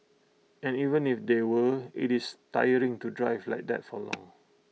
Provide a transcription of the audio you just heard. and even if there were IT is tiring to drive like that for long